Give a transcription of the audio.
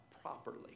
properly